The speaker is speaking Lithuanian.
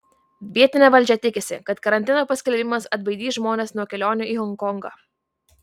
vietinė valdžia tikisi kad karantino paskelbimas atbaidys žmones nuo kelionių į honkongą